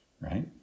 right